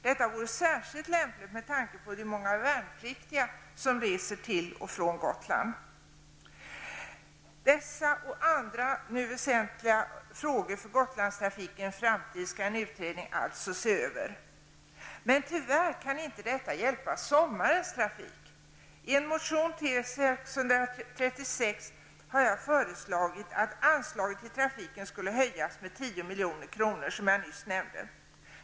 Detta vore särskilt lämpligt med tanke på de många värnpliktiga som reser till och från Gotland. Dessa och andra väsentliga frågor för Gotlandstrafikens framtid skall en utredning alltså nu se över. motion T636 har jag föreslagit att anslaget till trafiken skall höjas med 10 milj.kr., som jag nyss nämnde.